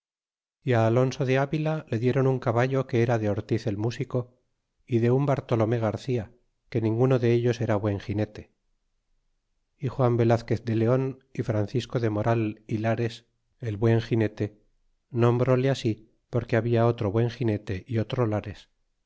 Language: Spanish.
a alonso de avila le dieron un caballo que era de ortiz el músico y de un bartolome garcía que ninguno dellos era buen gine te y juan velazquez de leon y francisco de moral y lares el buen ginete nombrole así porque habia otro buen ginete y